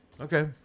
Okay